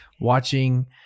watching